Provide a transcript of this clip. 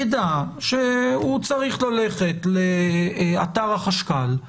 ידע שהוא צריך ללכת לאתר החשב הכללי